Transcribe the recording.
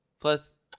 plus